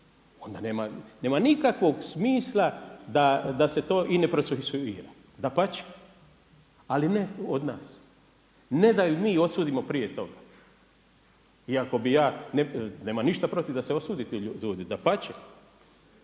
onda nema nikakvog smisla da se to i ne procesuira. Dapače. Ali ne od nas. Ne da ju mi osudimo prije toga. Iako bi ja, nemam ništa protiv da se osudi te ljude. Dapače,